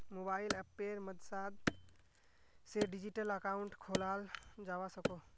mobile अप्पेर मद्साद से डिजिटल अकाउंट खोलाल जावा सकोह